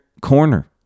corner